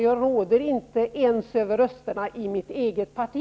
Jag råder inte ens över rösterna i mitt eget parti.